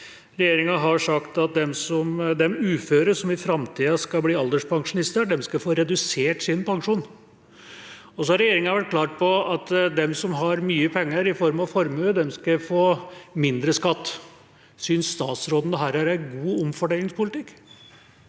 Regjeringa har sagt at de uføre som i framtida skal bli alderspensjonister, skal få redusert sin pensjon. Så har regjeringa vært klar på at de som har mye penger i form av formue, skal få mindre skatt. Synes statsråden dette er en god omfordelingspolitikk?